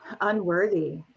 unworthy